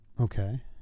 Okay